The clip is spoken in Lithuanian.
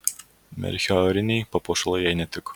melchioriniai papuošalai jai netiko